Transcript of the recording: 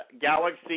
Galaxy